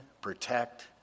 protect